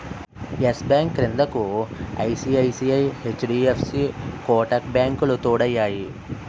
yes Bank క్రిందకు ICICI, HDFC Kotak బ్యాంకులు తోడయ్యాయి